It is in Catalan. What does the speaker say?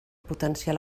potenciar